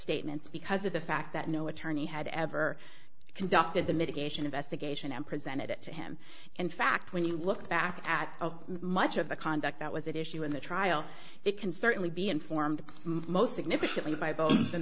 statements because of the fact that no attorney had ever conducted the mitigation investigation and presented it to him and fact when you look back at how much of the conduct that was that issue in the trial it can certainly be informed most significantly by both the